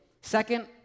Second